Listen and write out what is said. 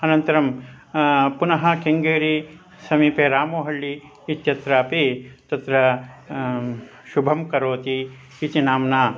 अनन्तरं पुनः केङ्गेरी समीपे रामोहळ्ळि इत्यत्रापि तत्र शुभं करोति इति नाम्ना